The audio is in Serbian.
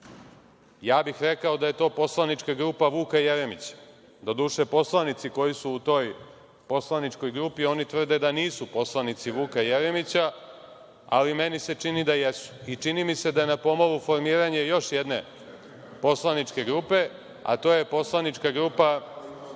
ja bih rekao da je to poslanička grupa Vuka Jeremića. Doduše, poslanici koji su u toj poslaničkoj grupi tvrde da nisu poslanici Vuka Jeremića, ali meni se čini da jesu i čini mi se da je na pomolu formiranje još jedne poslaničke grupe, a to je poslanička grupa Saše